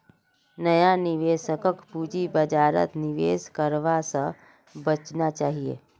नया निवेशकक पूंजी बाजारत निवेश करवा स बचना चाहिए